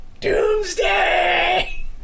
Doomsday